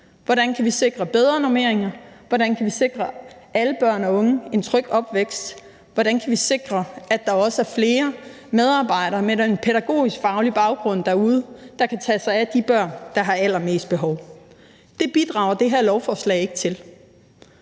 hvordan kan vi sikre bedre normeringer; hvordan kan vi sikre alle børn og unge en tryg opvækst; hvordan kan vi sikre, at der også er flere medarbejdere med en pædagogisk faglig baggrund derude, der kan tage sig af de børn, der har allermest behov? Det bidrager det her lovforslag ikke til.